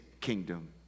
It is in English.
kingdom